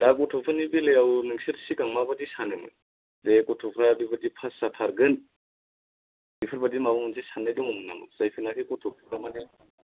दा गथ'फोरनि बेलायाव नोंसोर सिगां माबायदि सानोमोन जे गथ'फ्रा बेबायदि पास जाथारगोन बेफोरबायदि माबा मोनसे साननाय दङमोन नामा जायफोरनाखि गथ'फ्रा माने